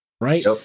right